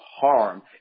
harm